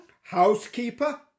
Housekeeper